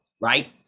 right